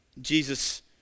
Jesus